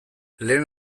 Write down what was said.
lehen